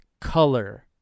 color